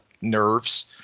nerves